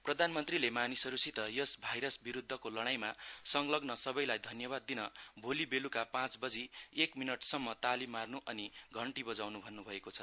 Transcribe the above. प्रधानमन्त्रीले मानिसहरूसित यस भाइरस विरुद्वको लडाइमा संलग्न सबैलाई धन्यवाद दिन भोली बेलुका पाँच बजी एक मिनटसम्म ताली मार्न् अनि घण्टी बजाउन् भन्न्भएको छ